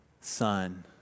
son